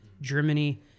Germany